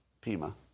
Pima